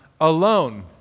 alone